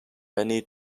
many